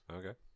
okay